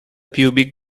pubic